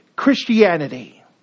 Christianity